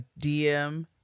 DM